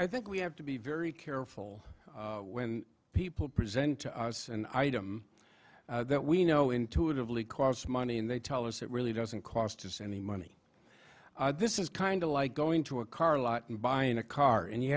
i think we have to be very careful when people present an item that we know intuitively costs money and they tell us it really doesn't cost us any money this is kind of like going to a car lot and buying a car and you